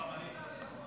התייעצתי עם הרבנית.